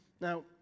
Now